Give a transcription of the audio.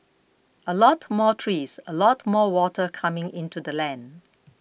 a lot more trees a lot more water coming into the land